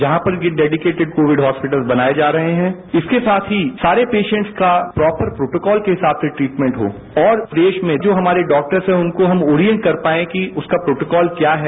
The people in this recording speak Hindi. जहांपर भी डैडिकेटिड कोविड हॉस्पिटल बनाये जा रहे हैं इसके साथ ही सारे पेशेन्ट्स का प्रॉपरप्रोटोकॉल के हिसाब से ट्रिटमेन्ट हो और देश में जो हमारे डॉक्टर्स हैं उनको हम ओरियेन्टकर पायें कि उसका प्रोटोकॉल क्या है